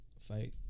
fight